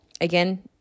Again